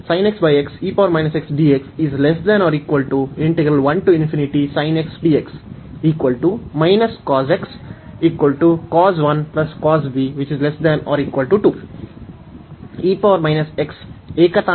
ಅದನ್ನು ಗಮನಿಸಿ ಏಕತಾನತೆ ಮತ್ತು